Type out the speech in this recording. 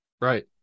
right